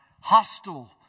hostile